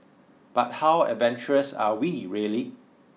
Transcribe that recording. but how adventurous are we really